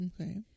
Okay